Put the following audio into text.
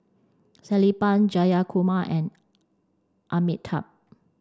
Sellapan Jayakumar and Amitabh